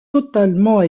totalement